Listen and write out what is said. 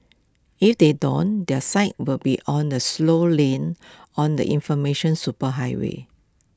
if they don't their site will be on the slow lane on the information superhighway